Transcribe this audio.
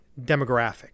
demographic